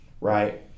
Right